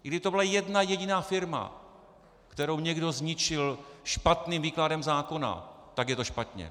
Kdyby to byla jedna jediná firma, kterou někdo zničil špatným výkladem zákona, tak je to špatně.